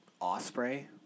Osprey